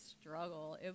struggle